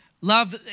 Love